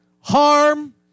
harm